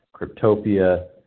Cryptopia